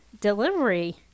delivery